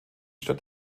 stadt